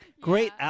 Great